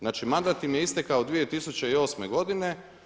Znači mandat im je istekao 2008. godine.